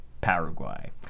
Paraguay